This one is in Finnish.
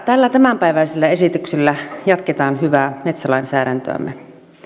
tällä tämänpäiväisellä esityksellä jatketaan hyvää metsälainsäädäntöämme